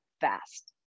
fast